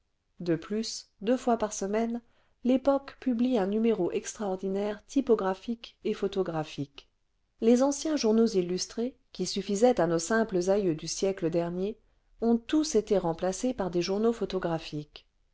de plus deux fois par semaine vépoque publie un numéro extraordinaire typographique et photographique les anciens journaux illustrés qui suffisaient à nos simples aïeux du siècle dernier ont tous été remplacés par des journaux photographiques